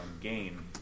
game